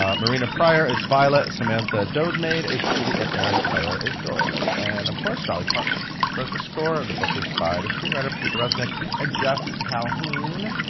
um marina prior is violet, samantha dodemaide is judy, and erin clare is doralee. and of course, dolly parton wrote the score. and the book is by the screenwriter patricia resnick and jeff calhoun.